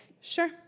Sure